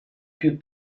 più